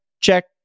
check